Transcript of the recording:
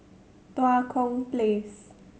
Tua Kong Place